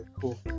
cool